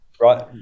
right